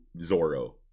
Zoro